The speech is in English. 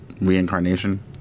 reincarnation